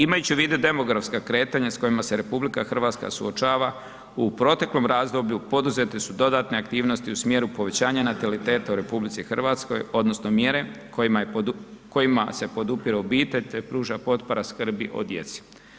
Imajući u vidu demografska kretanja s kojima se RH suočava u proteklom razdoblju poduzete su dodatne aktivnosti u smjeru povećanja nataliteta u RH odnosno mjere kojima se podupire obitelj te pruža potpora skrbi o djeci.